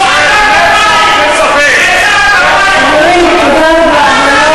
מזרח-ירושלים, חבר הכנסת ד"ר